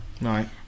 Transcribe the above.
Right